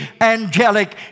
angelic